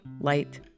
light